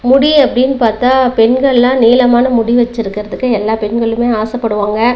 முடி அப்படினு பார்த்தா பெண்களெலாம் நீளமான முடி வெச்சுருக்கறதுக்கு எல்லா பெண்களுமே ஆசைப்படுவாங்க